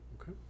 okay